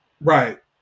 Right